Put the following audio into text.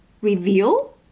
reveal